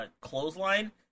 clothesline